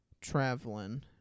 traveling